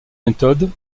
méthode